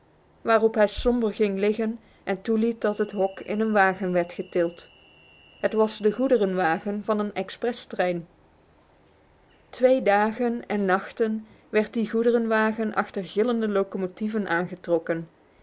waarop hij somber ging liggen en toeliet dat het hok in een wagen werd getild het was de goederenwagen van een expres trein twee dagen en nachten werd die goederenwagen achter gillende locomotieven